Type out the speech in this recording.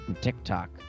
TikTok